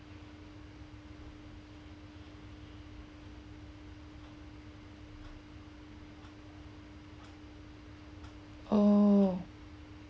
oh